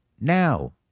now